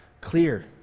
clear